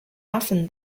often